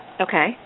Okay